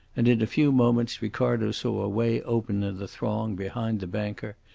and in a few moments ricardo saw a way open in the throng behind the banker,